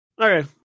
Okay